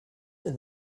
and